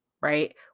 right